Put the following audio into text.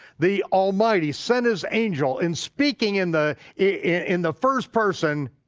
the almighty sent his angel and speaking in the in the first person,